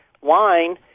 wine